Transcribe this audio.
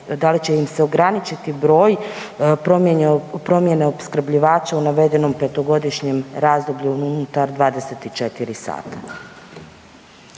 da li im će se ograničiti broj promjene opskrbljivača u navedenom petogodišnjem razdoblju unutar 24 sata.